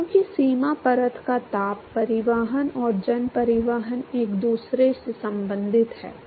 क्योंकि सीमा परत का ताप परिवहन और जन परिवहन एक दूसरे से संबंधित हैं